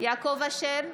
יעקב אשר,